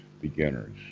Beginners